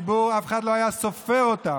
הציבור, אף אחד לא היה סופר אותם.